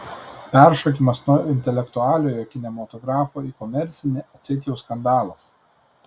peršokimas nuo intelektualiojo kinematografo į komercinį atseit jau skandalas